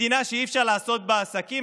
מדינה שאי-אפשר לעשות בה עסקים,